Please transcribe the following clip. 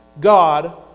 God